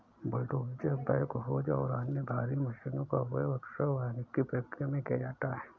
bulldozer backhoes और अन्य भारी मशीनों का उपयोग अक्सर वानिकी प्रक्रिया में किया जाता है